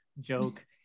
joke